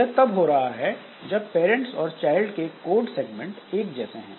यह तब हो रहा है जब पेरेंट्स और चाइल्ड के कोड सेगमेंट एक जैसे हैं